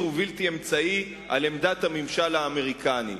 ובלתי אמצעי על עמדת הממשל האמריקני.